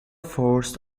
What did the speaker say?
forced